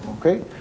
Okay